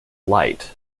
light